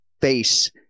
face